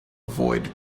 avoid